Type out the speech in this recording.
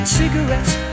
cigarettes